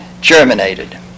germinated